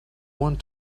want